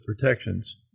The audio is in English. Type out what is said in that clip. protections